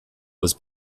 was